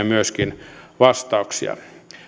myöskin vastauksia